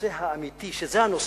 והנושא האמיתי זה הנושא,